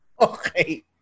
okay